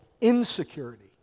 insecurity